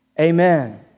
Amen